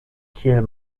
kiel